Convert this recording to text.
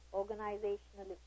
organizational